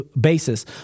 basis